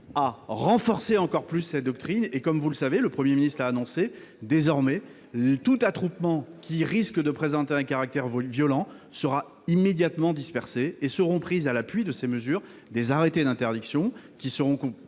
à renforcer encore plus cette doctrine. Comme vous le savez- le Premier ministre l'a annoncé -, désormais, tout attroupement qui risque de présenter un caractère violent sera immédiatement dispersé. À l'appui de ces mesures, des arrêtés d'interdiction seront